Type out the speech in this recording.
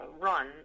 run